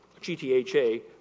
GTHA